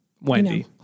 Wendy